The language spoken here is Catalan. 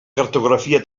cartografia